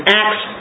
acts